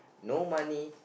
no money